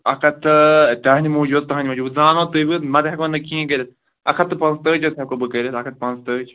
اَکھ ہتھ تہٕ تہنٛدِ موٗجوٗب تہنٛدِ موٗجوٗب زانو تُہۍ بہٕ نَتہٕ ہیٚکو نہٕ کِہیٖنۍ کٔرِتھ اَکھ ہَتھ تہٕ پنٛژتٲجۍ حظ ہیٚکو بہٕ کٔرِتھ اَکھ ہَتھ پنٛژتٲجۍ